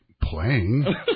playing